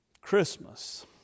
Christmas